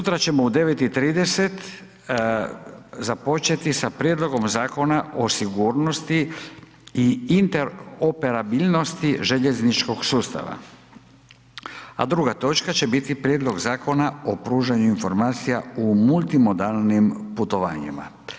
Sutra ćemo u 9 i 30 započeti sa Prijedlogom Zakona o sigurnosti i interoperabilnosti željezničkog sustava. a druga točka će biti Prijedlog Zakona o pružanju informacija o multimodalnim putovanjima.